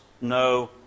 no